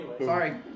Sorry